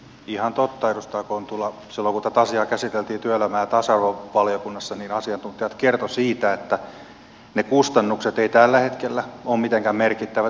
ihan totta edustaja kontula silloin kun tätä asiaa käsiteltiin työelämä ja tasa arvovaliokunnassa asiantuntijat kertoivat siitä että ne kustannukset eivät tällä hetkellä ole mitenkään merkittävät